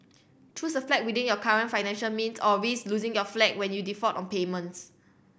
choose a flat within your current financial means or risk losing your flat when you default on payments